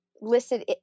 listed